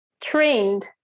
trained